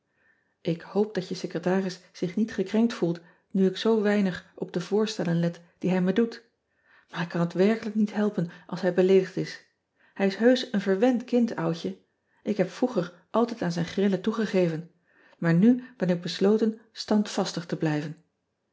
k hoop dat je secretaris zich niet gekrenkt voelt nu ik zoo weinig op de voorstellen let die hij me doet aar ik kan het werkelijk niet helpen als hij beleedigd is ij is heusch een verwend kind oudje k heb vroeger altijd aan zijn grillen toegegeven maar nu ben ik besloten standvastig te blijven